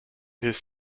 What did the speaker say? his